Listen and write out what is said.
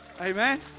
Amen